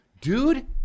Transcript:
Dude